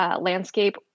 landscape